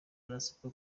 barasabwa